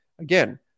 again